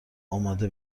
آماده